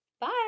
Bye